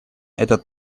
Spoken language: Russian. этот